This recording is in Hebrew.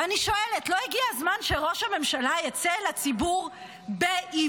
ואני שואלת: לא הגיע הזמן שראש הממשלה יצא אל הציבור בעברית,